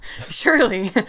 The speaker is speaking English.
surely